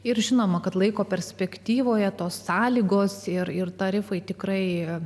ir žinoma kad laiko perspektyvoje tos sąlygos ir ir tarifai tikrai